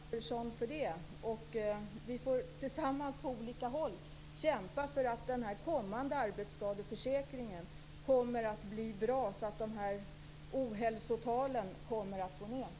Fru talman! Jag tackar Margareta Andersson. Vi får tillsammans på olika håll kämpa för att den kommande arbetsskadeförsäkringen skall bli bra så att ohälsotalen går ned.